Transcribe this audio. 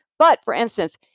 but, for instance,